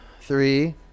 three